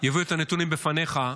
יביאו את הנתונים בפניך,